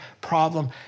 problem